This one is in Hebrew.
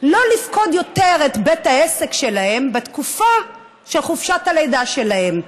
שלא לפקוד יותר את בית העסק שלהן בתקופה של חופשת הלידה שלהן.